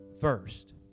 first